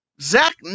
Zach